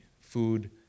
food